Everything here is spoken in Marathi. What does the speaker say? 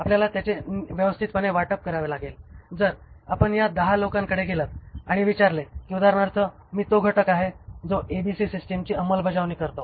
आपल्याला याचे व्यवस्थितपणे वाटप करावे लागेल जर आपण या 10 लोकांकडे गेलात आणि विचारले कि उदाहरणार्थ मी तो घटक आहे जो एबीसी सिस्टिमची अंमलबजावणी करतो